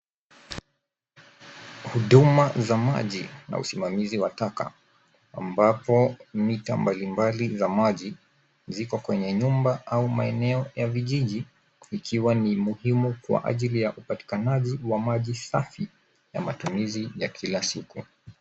Huduma za maji na usimamizi wa taka ambapo mita mbalimbali za maji ziko kwenye nyumba au maeneo ya vijiji ikiwa ni muhimu kwa ajili ya upatikanaji wa maji safi ya matumizi ya kila siku.